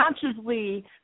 consciously